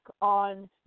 on